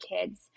kids